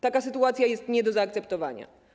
Taka sytuacja jest nie do zaakceptowania.